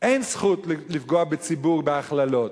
אין זכות לפגוע בציבור בהכללות,